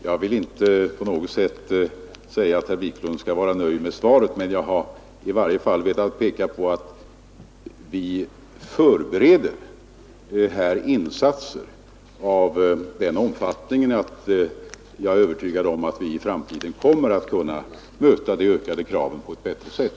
Jag vill inte på något sätt säga att herr Wiklund skall vara nöjd med svaret, men jag har i varje fall velat peka på att vi här förbereder insatser av sådan omfattning att jag är övertygad om att vi i framtiden kommer att kunna möta de ökade kraven på ett bättre sätt.